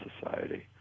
society